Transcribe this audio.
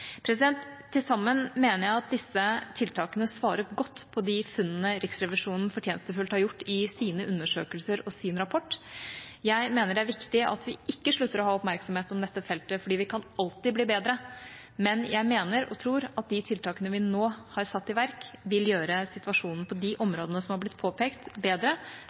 G-ordningen. Til sammen mener jeg at disse tiltakene svarer godt på de funnene Riksrevisjonen fortjenstfullt har gjort i sine undersøkelser og sin rapport. Jeg mener det er viktig at vi ikke slutter å ha oppmerksomhet rundt dette feltet, for vi kan alltid bli bedre. Men jeg mener og tror at de tiltakene vi nå har satt i verk, vil gjøre situasjonen på de områdene som er blitt påpekt, bedre,